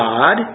God